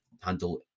handle